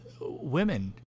women